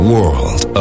World